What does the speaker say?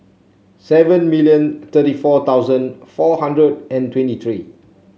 seven million thirty four thousand four hundred and twenty three